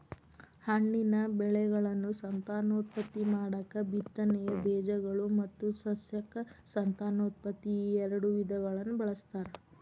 ಹಣ್ಣಿನ ಬೆಳೆಗಳನ್ನು ಸಂತಾನೋತ್ಪತ್ತಿ ಮಾಡಾಕ ಬಿತ್ತನೆಯ ಬೇಜಗಳು ಮತ್ತು ಸಸ್ಯಕ ಸಂತಾನೋತ್ಪತ್ತಿ ಈಎರಡು ವಿಧಗಳನ್ನ ಬಳಸ್ತಾರ